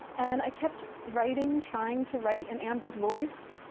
and i kept writing, trying to write in amber's voice,